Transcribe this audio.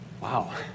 Wow